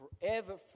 Forever